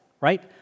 right